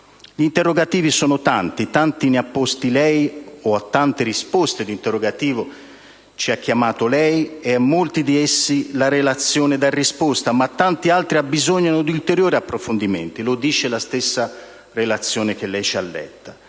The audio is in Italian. Gli interrogativi sono tanti, tanti ne ha posti lei, o a tante risposte ad interrogativi ci ha chiamati lei, e a molti di essi la relazione dà risposta, ma tanti altri abbisognano di ulteriori approfondimenti, come afferma la stessa relazione lei ha letto;